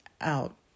out